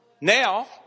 Now